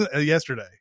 yesterday